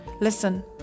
listen